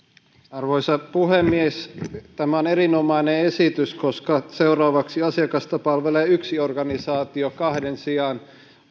arvoisa puhemies tämä on erinomainen esitys koska seuraavaksi asiakasta palvelee yksi organisaatio kahden sijaan